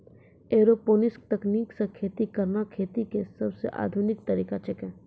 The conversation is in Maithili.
एरोपोनिक्स तकनीक सॅ खेती करना खेती के सबसॅ आधुनिक तरीका छेकै